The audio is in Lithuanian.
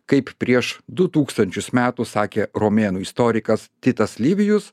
kaip prieš du tūkstančius metų sakė romėnų istorikas titas livijus